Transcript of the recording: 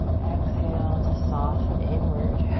exhale to soften inward.